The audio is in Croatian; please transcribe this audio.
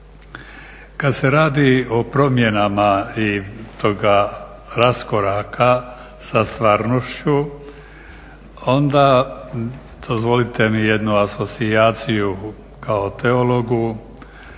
Kada se radi o promjenama i toga raskoraka sa stvarnošću onda dozvolite mi jednu asocijaciju kao teologu,